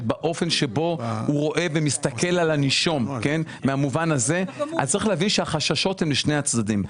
באופן בו הוא מסתכל על הנישום גורם לחששות בשני הצדדים.